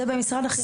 זה מה שקורה.